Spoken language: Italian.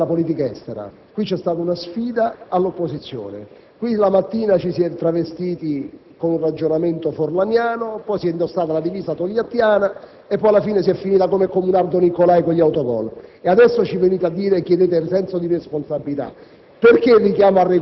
la cosa più importante è la politica estera. Qui vi è stata una sfida all'opposizione. La mattina ci si è travestiti con un ragionamento forlaniano; poi si è indossata la divisa togliattiana; infine, si è finiti come Comunardo Niccolai con un autogol. E adesso ci venite a chiedere il senso di responsabilità.